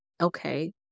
okay